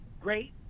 great